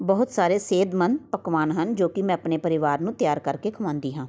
ਬਹੁਤ ਸਾਰੇ ਸਿਹਤਮੰਦ ਪਕਵਾਨ ਹਨ ਜੋ ਕਿ ਮੈਂ ਆਪਣੇ ਪਰਿਵਾਰ ਨੂੰ ਤਿਆਰ ਕਰਕੇ ਖਿਲਾਉਂਦੀ ਹਾਂ